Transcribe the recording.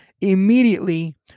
Immediately